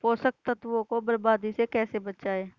पोषक तत्वों को बर्बादी से कैसे बचाएं?